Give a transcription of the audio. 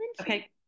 okay